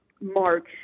March